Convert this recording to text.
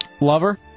Lover